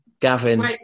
Gavin